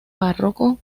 párroco